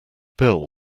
bill